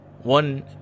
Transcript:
One